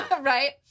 right